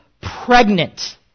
pregnant